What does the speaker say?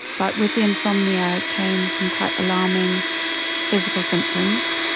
but with the insomnia came some quite alarming physical symptoms.